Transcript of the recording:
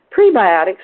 Prebiotics